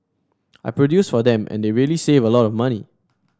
I produce for them and they really save a lot of money